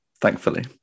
thankfully